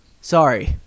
Sorry